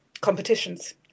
competitions